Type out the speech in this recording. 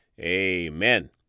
Amen